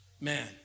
Man